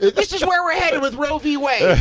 this is where we are heading with roe v wade,